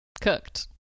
Cooked